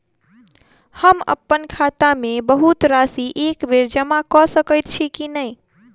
हम अप्पन खाता मे बहुत राशि एकबेर मे जमा कऽ सकैत छी की नै?